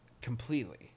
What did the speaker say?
completely